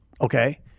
okay